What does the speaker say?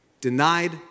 denied